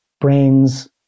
brains